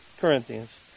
Corinthians